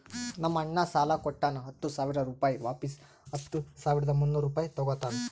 ನಮ್ ಅಣ್ಣಾ ಸಾಲಾ ಕೊಟ್ಟಾನ ಹತ್ತ ಸಾವಿರ ರುಪಾಯಿ ವಾಪಿಸ್ ಹತ್ತ ಸಾವಿರದ ಮುನ್ನೂರ್ ರುಪಾಯಿ ತಗೋತ್ತಾನ್